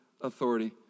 authority